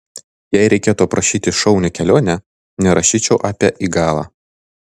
jei reikėtų aprašyti šaunią kelionę nerašyčiau apie igalą